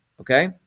okay